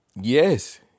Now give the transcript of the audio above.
Yes